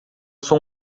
sou